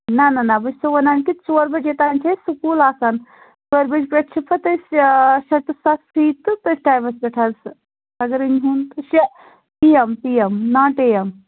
نہَ نہَ نہَ بہٕ چھَسو وَنان کہِ ژور بَجے تام چھِ أسی سکوٗل آسان ژورِ بَجہِ پیٚٹھٕ چھِ پَتہٕ أسی شیٚے ٹُو سَتھ فرٛی تہٕ تٔتھۍ ٹَایمس پیٚٹھ حظ اگر أنۍہوٗن تہٕ شیٚے P M P M not A M